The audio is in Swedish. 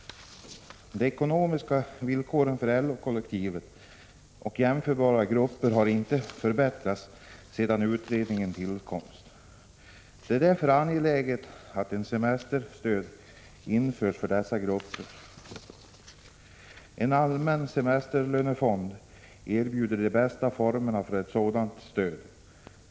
De ekonomiska villkoren för LO-kollektivet och jämförbara grupper har inte förbättrats sedan utredningens tillkomst. Det är därför angeläget att ett semesterstöd införs för dessa grupper. En allmän semesterlönefond erbjuder de bästa formerna för ett sådant stöd.